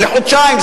לחודשיים,